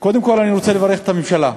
קודם כול אני רוצה לברך את הממשלה,